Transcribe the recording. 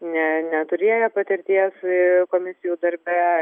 ne neturėjo patirties komisijų darbe